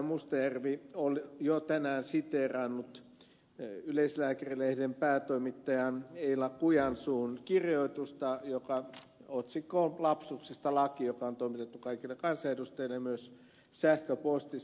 mustajärvi on jo tänään siteerannut yleislääkäri lehden päätoimittajan eila kujansuun kirjoitusta jonka otsikko on lapsuksesta laki joka on toimitettu kaikille kansanedustajille ja myös sähköpostissa